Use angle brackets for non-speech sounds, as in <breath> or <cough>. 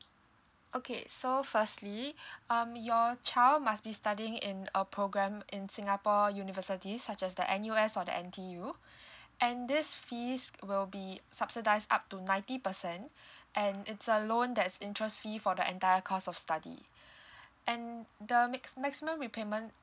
okay so firstly <breath> um your child must be studying in a program in singapore universities such as the N_U_S or the N_T_U <breath> and this fees will be subsidise up to ninety percent and it's a loan that's interest fee for the entire course of study <breath> and the max~ maximum repayment